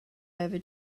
over